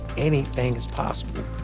anything is possible.